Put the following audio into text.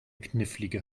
knifflige